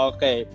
Okay